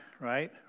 right